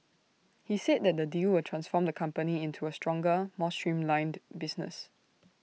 he said the deal will transform the company into A stronger more streamlined business